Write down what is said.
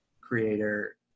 creator